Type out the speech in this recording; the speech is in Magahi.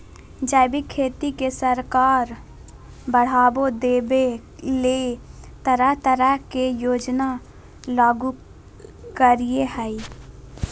जैविक खेती के सरकार बढ़ाबा देबय ले तरह तरह के योजना लागू करई हई